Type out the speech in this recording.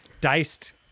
diced